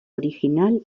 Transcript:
original